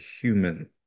human